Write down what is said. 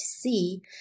see